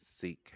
Seek